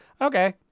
okay